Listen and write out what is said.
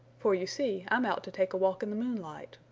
for you see i'm out to take a walk in the moonlight.